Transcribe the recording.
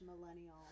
millennial